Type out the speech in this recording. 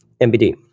MBD